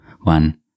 one